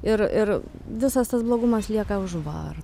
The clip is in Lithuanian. ir ir visas tas blogumas lieka už vartų